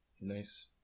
Nice